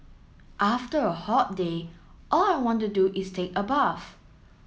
after a hot day all I want to do is take a bath